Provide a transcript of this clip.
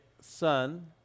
son